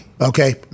okay